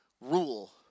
rule